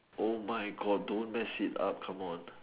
oh my god don't mess it up come on